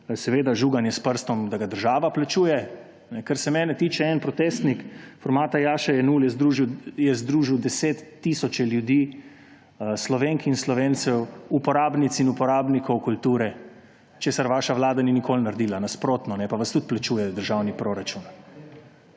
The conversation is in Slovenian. seveda žuganje s prstom, da ga država plačuje. Kar se mene tiče, en protestnik formata Jaše Jenull je združil 10 tisoče ljudi, Slovenk in Slovencev, uporabnic in uporabnikov kulture, česar vaša vlada ni nikoli naredila; nasprotno, pa vas tudi plačuje državni proračun.